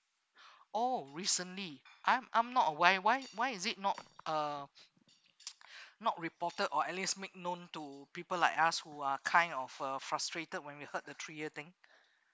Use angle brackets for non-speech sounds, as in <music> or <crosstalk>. oh recently I'm I'm not aware why why is it not uh <noise> not reported or at least make known to people like us who are kind of uh frustrated when we heard the three year thing